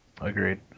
agreed